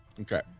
Okay